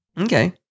okay